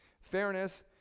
Fairness